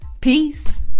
Peace